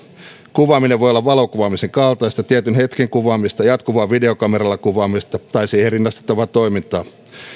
kuvaaminen voi olla valokuvaamisen kaltaista tietyn hetken kuvaamista jatkuvaa videokameralla kuvaamista tai siihen rinnastettavaa toimintaa